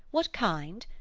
what kind?